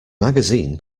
magazine